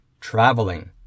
traveling